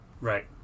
right